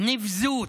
נבזות.